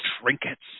trinkets